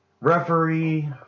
referee